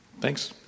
Thanks